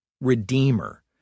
Redeemer